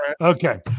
okay